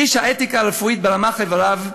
איש האתיקה הרפואית ברמ"ח איבריו,